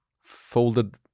folded